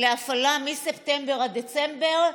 להפעלה מספטמבר עד דצמבר,